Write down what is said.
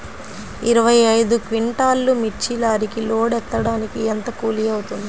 ఇరవై ఐదు క్వింటాల్లు మిర్చి లారీకి లోడ్ ఎత్తడానికి ఎంత కూలి అవుతుంది?